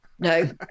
No